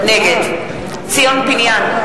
נגד ציון פיניאן,